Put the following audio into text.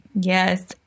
Yes